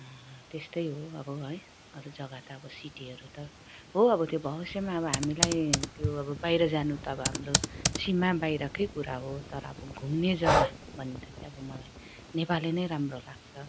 त्यस्तै हो अब है अरू जग्गा त अब सिटीहरू त हो अब त्यो भविष्यमा अब हामीलाई त्यो अब बाहिर जानु त अब हाम्रो सीमा बाहिरकै कुरा हो तर अब घुम्ने जग्गाभन्दा चाहिँ अब मलाई नेपाल नै राम्रो लाग्छ